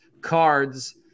cards